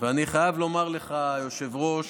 ואני חייב לומר לך, היושב-ראש,